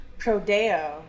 Prodeo